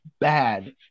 bad